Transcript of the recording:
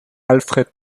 alfred